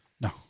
No